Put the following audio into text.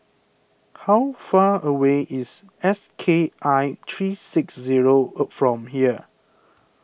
how far away is S K I three six zero from here